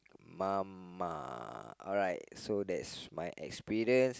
mama alright so that's my experience